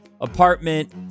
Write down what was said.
apartment